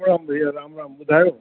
राम राम भैया राम राम ॿुधायो